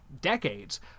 decades